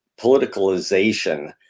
politicalization